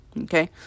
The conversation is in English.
okay